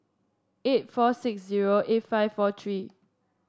eight four six zero eight five four three